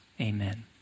Amen